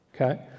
Okay